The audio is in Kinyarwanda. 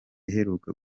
iheruka